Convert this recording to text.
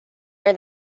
her